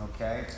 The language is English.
okay